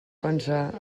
pensar